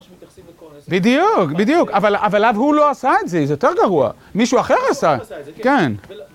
בדיוק, בדיוק, אבל הוא לא עשה את זה, זה יותר גרוע, מישהו אחר עשה, כן.